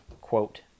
quote